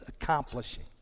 accomplishing